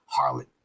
harlot